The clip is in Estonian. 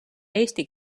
eesti